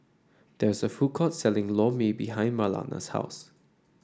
there is a food court selling Lor Mee behind Marlana's house